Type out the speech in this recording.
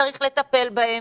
וצריך לטפל בהם.